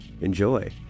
Enjoy